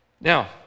Now